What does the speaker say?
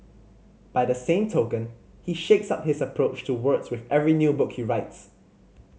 by the same token he shakes up his approach to words with every new book he writes